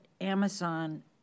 Amazon